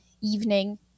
evening